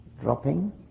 dropping